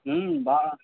हूँ वाह